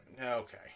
Okay